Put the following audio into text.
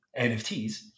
NFTs